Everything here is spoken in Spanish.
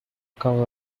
acabo